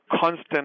constant